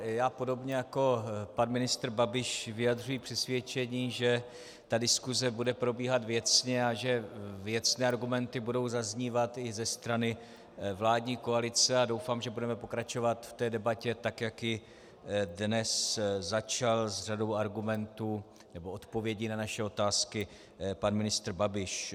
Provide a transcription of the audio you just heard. Já podobně jako pan ministr Babiš vyjadřuji přesvědčení, že diskuse bude probíhat věcně a že věcné argumenty budou zaznívat i ze strany vládní koalice, a doufám, že budeme pokračovat v debatě tak, jak ji dnes začal s řadou argumentů nebo odpovědí na naše otázky pan ministr Babiš.